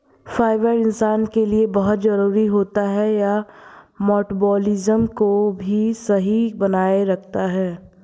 fibre इंसान के लिए बहुत जरूरी होता है यह मटबॉलिज़्म को भी सही बनाए रखता है